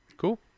cool